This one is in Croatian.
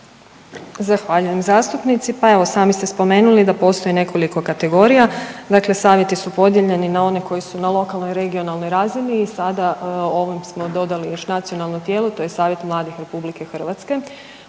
Zahvaljujem zastupnici. Pa evo sami ste spomenuli da postoji nekoliko kategorija. Dakle, savjeti su podijeljeni na one koji su na lokalnoj, regionalnoj razini i sada ovom smo dodali još nacionalno tijelo, to je Savjet mladih RH.